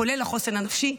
כולל החוסן הנפשי.